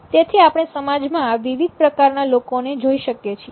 તેથી આપણે સમાજમાં વિવિધ પ્રકારના લોકોને જોઈ શકીએ છીએ